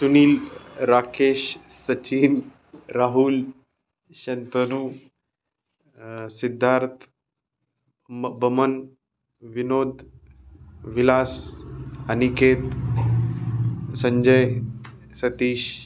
Sunil Rakesh Sachin Rahul Shantanu Siddharth Baman Vinod Vilas Aniket Sanjay Satish